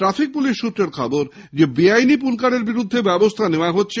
traffic police সূত্রে খবর বেআইনী পুলকারের বিরুদ্ধে ব্যবস্থা নেওয়া হচ্ছে